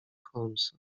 holmesa